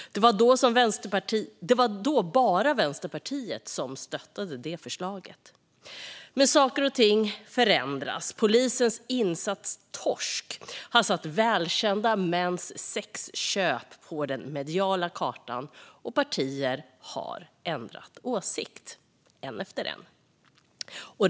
Det var då bara Vänsterpartiet som röstade för förslaget, men saker och ting förändras. Polisens Insats torsk har satt välkända mäns sexköp på den mediala kartan, och partier har, ett efter ett, ändrat åsikt.